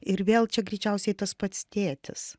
ir vėl čia greičiausiai tas pats tėtis